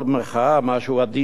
משהו עדין ביותר,